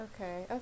okay